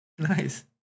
Nice